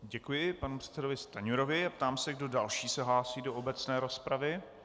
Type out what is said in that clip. Děkuji panu předsedovi Stanjurovi a ptám se, kdo další se hlásí do obecné rozpravy.